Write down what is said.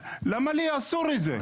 למה לי אסור את זה?